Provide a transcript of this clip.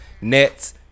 Nets